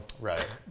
Right